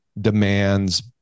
Demands